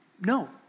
No